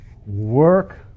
work